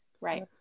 Right